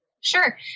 Sure